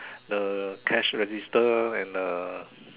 the cash register and uh